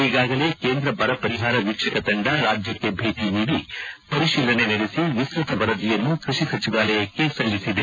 ಈಗಾಗಲೇ ಕೇಂದ್ರ ಬರಪರಿಹಾರ ವೀಕ್ಷಕ ತಂಡ ರಾಜ್ಯಕ್ಷೆ ಭೇಟ ನೀಡಿ ಪರಿಶೀಲನೆ ನಡೆಸಿ ವಿಸೃತ ವರದಿಯನ್ನು ಕೃಷಿ ಸಚಿವಾಲಯಕ್ತೆ ಸಲ್ಲಿಸಿದೆ